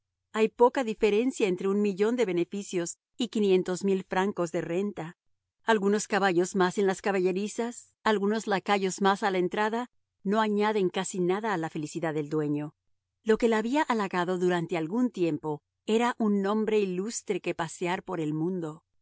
hay poca diferencia entre un millón de beneficios y quinientos mil francos de renta algunos caballos más en las caballerizas algunos lacayos más a la entrada no añaden casi nada a la felicidad del dueño lo que la había halagado durante algún tiempo era un nombre ilustre que pasear por el mundo